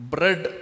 Bread